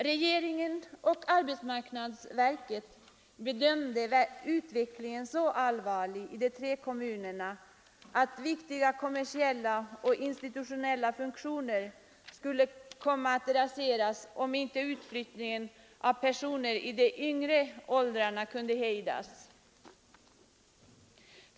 Regeringen och arbetsmarknadsverket bedömde utvecklingen som så allvarlig i de tre kommunerna att viktiga kommersiella och institutionella funktioner skulle komma att raseras om inte utflyttningen av personer i de yngre aktiva åldrarna kunde hejdas.